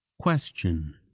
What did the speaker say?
question